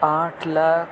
آٹھ لاکھ